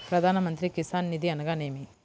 ప్రధాన మంత్రి కిసాన్ నిధి అనగా నేమి?